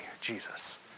Jesus